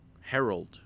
herald